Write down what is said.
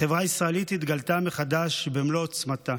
החברה הישראלית התגלתה מחדש במלוא עוצמתה.